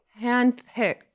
Handpicked